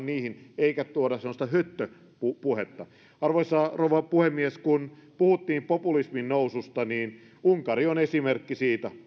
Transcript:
niihin eikä tuoda semmoista höttöpuhetta arvoisa rouva puhemies kun puhuttiin populismin noususta niin unkari on esimerkki siitä